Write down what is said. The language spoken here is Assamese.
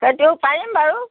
সেইটো পাৰিম বাৰু